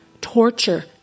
torture